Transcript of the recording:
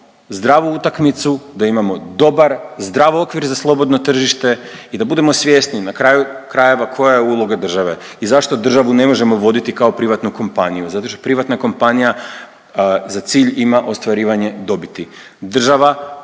zdravu utakmicu, da imamo dobar zdrav okvir za slobodno tržište i da budemo svjesni na kraju krajeva koja je uloga države i zašto državu ne možemo voditi kao privatnu kompaniju. Zato što privatna kompanija za cilj ima ostvarivanje dobiti. Država